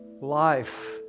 life